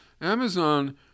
Amazon